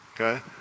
Okay